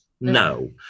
No